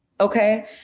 Okay